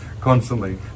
constantly